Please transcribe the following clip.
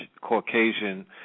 Caucasian